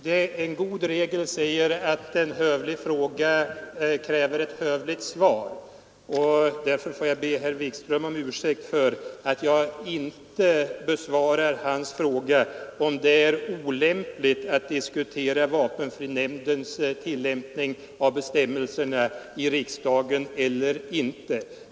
Fru talman! En god regel säger att en hövlig fråga kräver ett hövligt svar, och därför får jag be herr Wikström om ursäkt för att jag inte besvarar hans fråga om det är olämpligt eller ej att i riksdagen diskutera vapenfrinämndens tillämpning av bestämmelserna.